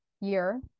year